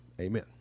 Amen